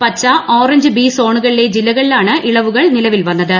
പച്ച orange B സോണുകളിലെ ജില്ലകളിലാണ് ഇളവുകൾ നിലവിൽ വന്നത്